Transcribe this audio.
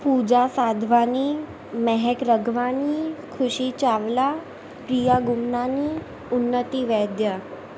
Pooja Sadhwani Mehak Raghwani Khushi Chawla Priya Gumnani Unnati Vaidya